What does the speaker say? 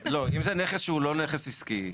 לא, אם זה נכס שהוא לא נכס עסקי.